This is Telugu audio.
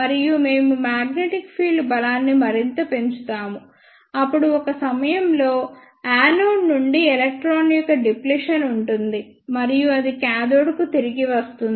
మరియు మేము మాగ్నెటిక్ ఫీల్డ్ బలాన్ని మరింత పెంచుతాము అప్పుడు ఒక సమయంలో యానోడ్ నుండి ఎలక్ట్రాన్ యొక్క డిఫ్లెక్షన్ ఉంటుంది మరియు అది కాథోడ్కు తిరిగి వస్తుంది